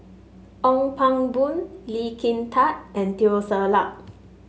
Ong Pang Boon Lee Kin Tat and Teo Ser Luck